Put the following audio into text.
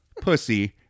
Pussy